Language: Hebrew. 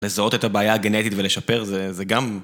לזהות את הבעיה הגנטית ולשפר זה גם...